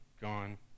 gone